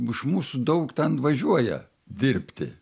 iš mūsų daug ten važiuoja dirbti